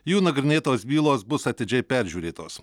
jų nagrinėtos bylos bus atidžiai peržiūrėtos